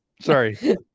sorry